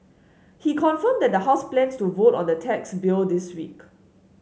he confirmed that the House plans to vote on the tax bill this week